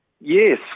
Yes